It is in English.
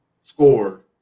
scored